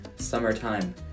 summertime